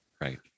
Right